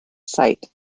site